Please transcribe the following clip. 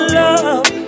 love